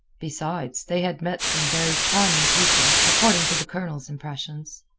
besides, they had met some very charming people, according to the colonel's impressions.